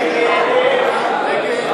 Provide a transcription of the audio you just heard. הצעת